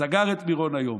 סגר את מירון היום.